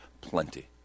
plenty